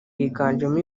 higanjemo